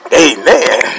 amen